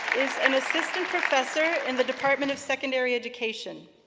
an assistant professor in the department of secondary education.